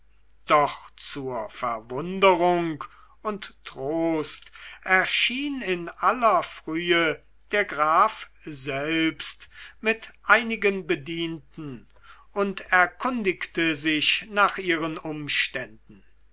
doch zur verwunderung und trost erschien in aller frühe der graf selbst mit einigen bedienten und erkundigte sich nach ihren umständen